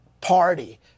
party